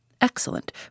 excellent